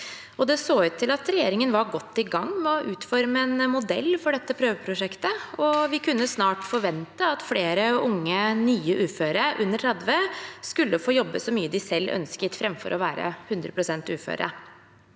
Det så ut til at regjeringen var godt i gang med å utforme en modell for dette prøveprosjektet, og at vi snart kunne forvente at flere nye unge uføre under 30 skulle få jobbe så mye de selv ønsket, framfor å være 100 pst. uføre,